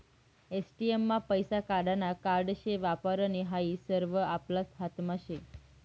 ATM मा पैसा काढानं कार्ड कशे वापरानं हायी सरवं आपलाच हातमा शे